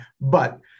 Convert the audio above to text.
But-